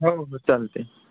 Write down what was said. हो हो चालते